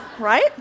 Right